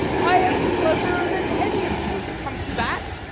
i am cleverer than any of you, if it comes to that!